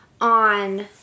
on